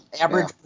average